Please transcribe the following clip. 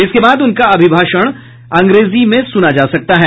इसके बाद उनका अभिभाषण अंग्रेजी में सुना जा सकता है